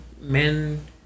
men